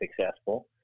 successful